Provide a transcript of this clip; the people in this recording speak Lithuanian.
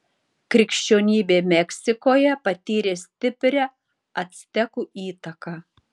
krikščionybė meksikoje patyrė stiprią actekų įtaką